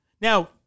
Now